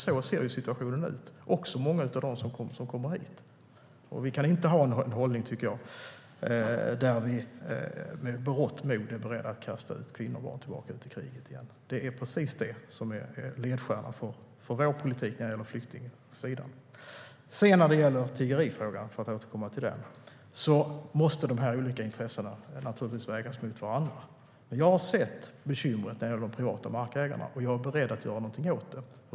Så ser situationen ut, också för många av dem som kommer hit. Vi kan inte, tycker jag, ha en hållning där vi med berått mod är beredda att kasta ut kvinnor och barn, tillbaka till kriget igen. Det är precis det som är ledstjärnan för vår politik på flyktingsidan. För att återkomma till tiggerifrågan: De olika intressena måste naturligtvis vägas mot varandra. Jag har sett bekymret när det gäller de privata markägarna, och jag är beredd att göra något åt det.